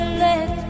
let